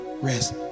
rest